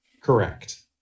Correct